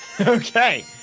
Okay